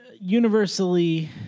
universally